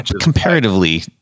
comparatively